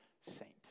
saint